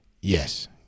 Yes